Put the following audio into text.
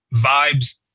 vibes